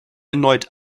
erneut